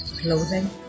clothing